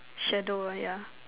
shadow ah yeah